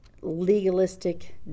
legalistic